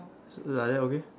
like that okay